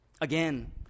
again